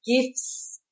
gifts